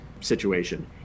situation